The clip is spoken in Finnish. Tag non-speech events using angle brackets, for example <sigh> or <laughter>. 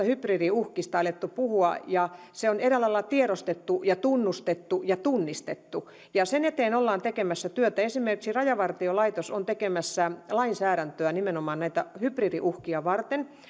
<unintelligible> hybridiuhkista alettu puhua ja se on eräällä lailla tiedostettu tunnustettu ja tunnistettu sen eteen ollaan tekemässä työtä esimerkiksi rajavartiolaitos on tekemässä lainsäädäntöä nimenomaan näitä hybridiuhkia varten